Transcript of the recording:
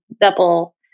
double